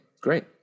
great